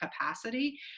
capacity